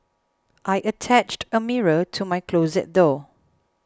I attached a mirror to my closet door